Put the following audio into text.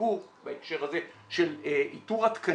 עיכוב בהקשר הזה של איתור התקנים,